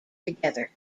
together